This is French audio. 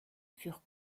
furent